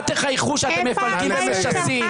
אל תחייכו כשאתם מפלגים ומשסים.